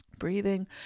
Breathing